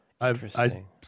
Interesting